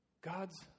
God's